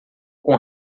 com